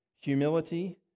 humility